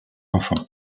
enfants